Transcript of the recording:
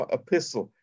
epistle